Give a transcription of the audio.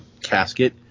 casket